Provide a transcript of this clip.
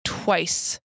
twice